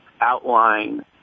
outline